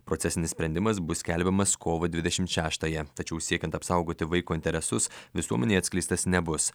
procesinis sprendimas bus skelbiamas kovo dvidešimt šeštąją tačiau siekiant apsaugoti vaiko interesus visuomenei atskleistas nebus